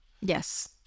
Yes